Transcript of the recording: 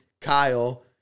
Kyle